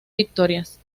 victorias